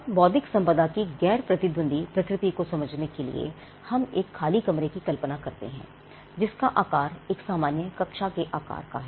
अब बौद्धिक संपदा की गैर प्रतिद्वंदी प्रकृति को समझने के लिए हम एक खाली कमरे की कल्पना करते हैं जिसका आकार एक सामान्य कक्षा के आकार का है